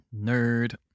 Nerd